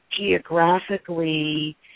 geographically